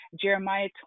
Jeremiah